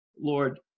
Lord